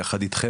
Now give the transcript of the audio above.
יחד איתם,